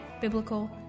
biblical